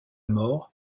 mort